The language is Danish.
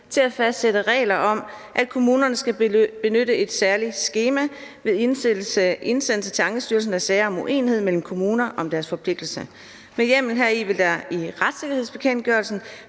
til at fastsætte regler om, at kommunerne skal benytte et særligt skema ved indsendelse af sager til Ankestyrelsen om uenighed mellem kommuner om deres forpligtelse. Med hjemmel heri vil der i retssikkerhedsbekendtgørelsen